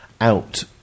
out